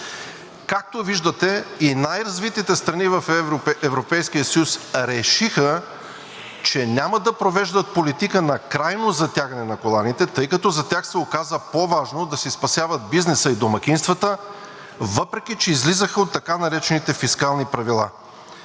Както виждате, най-развитите страни в Европейския съюз решиха, че няма да провеждат политика на крайно затягане на коланите, тъй като за тях се оказа по-важно да си спасяват бизнеса и домакинствата, въпреки че излизаха от така наречените фискални правила.